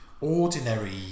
ordinary